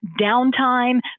Downtime